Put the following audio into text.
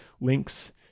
links